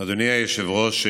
היושב-ראש,